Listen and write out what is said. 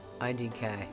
IDK